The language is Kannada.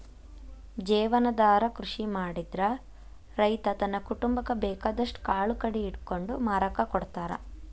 ಜೇವನಾಧಾರ ಕೃಷಿ ಮಾಡಿದ್ರ ರೈತ ತನ್ನ ಕುಟುಂಬಕ್ಕ ಬೇಕಾದಷ್ಟ್ ಕಾಳು ಕಡಿ ಇಟ್ಕೊಂಡು ಮಾರಾಕ ಕೊಡ್ತಾರ